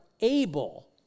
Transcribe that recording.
able